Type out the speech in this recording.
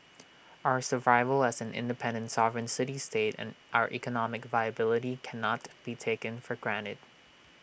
our survival as an independent sovereign city state and our economic viability cannot be taken for granted